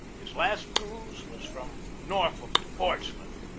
his last cruise was from norfolk to portsmouth.